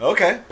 Okay